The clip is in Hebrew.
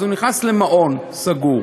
אז הוא נכנס למעון סגור.